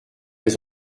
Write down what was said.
les